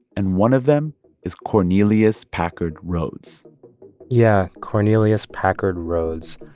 and one of them is cornelius packard rhoads yeah. cornelius packard rhoads,